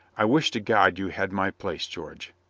i wish to god you had my place, george.